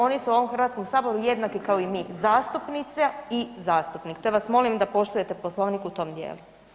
Oni su u ovom Hrvatskom saboru jednaki kao i mi zastupnica i zastupnik te vas molim da poštujete Poslovnik u tom dijelu.